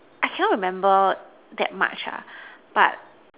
I cannot remember that much ah but